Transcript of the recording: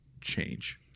change